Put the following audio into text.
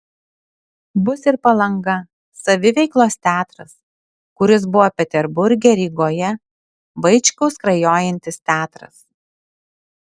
bus ir palanga saviveiklos teatras kuris buvo peterburge rygoje vaičkaus skrajojantis teatras